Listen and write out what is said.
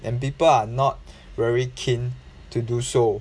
and people are not very keen to do so